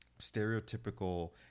stereotypical